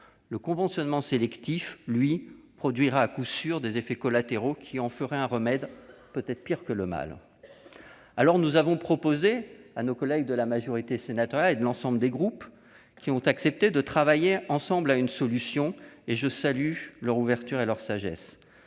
au conventionnement sélectif, il produirait à coup sûr des effets collatéraux qui en feraient un remède peut-être pire que le mal. Nous avons donc proposé à nos collègues de la majorité sénatoriale et de l'ensemble des groupes, qui ont accepté, de travailler ensemble à une solution. Je salue leur ouverture et leur sagesse.